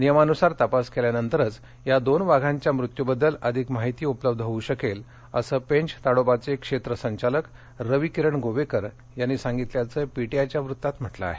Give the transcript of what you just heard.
नियमानुसार तपास केल्यानंतरच या दोन वाघांच्या मृत्यूबद्दल अधिक माहिती उपलब्ध होऊ शकेल असं पेंच ताडोबाचे क्षेत्र संचालक रवीकिरण गोवेकर यांनी सांगितल्याचं पीटीआयच्या वृत्तात म्हटलं आहे